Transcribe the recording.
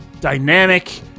dynamic